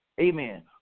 Amen